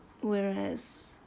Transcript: Whereas